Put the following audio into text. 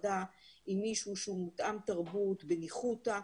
הפחדה עם מישהו שהוא מותאם תרבות, בניחותא,